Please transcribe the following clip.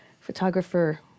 photographer